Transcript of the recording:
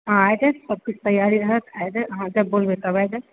आज हँ हेतै सभकुछ तैआरी रहत अहाँ जब बोलबै तब हेतै